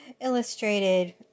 illustrated